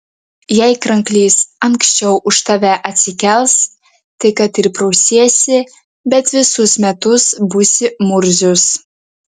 jei kranklys anksčiau už tave atsikels tai kad ir prausiesi bet visus metus būsi murzius